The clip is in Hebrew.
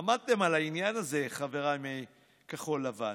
עמדתם על העניין הזה, חבריי מכחול לבן.